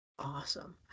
awesome